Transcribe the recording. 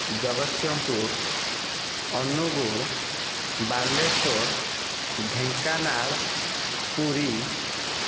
Jagatsinghpur Angul Balasore Dhenkanal Puri